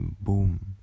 boom